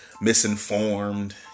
misinformed